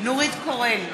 נורית קורן,